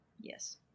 Yes